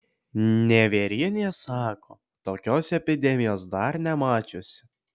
nevierienė sako tokios epidemijos dar nemačiusi